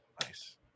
Nice